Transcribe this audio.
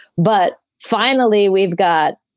but finally, we've got.